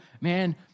man